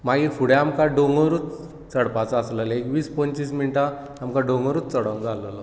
मागीर फुडें आमकां डोंगरूच चडपाचो आसलेलो एक वीस पंचवीस मिण्टां आमकां डोंगरूच चोडोंक जाय आसलेलो